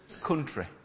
country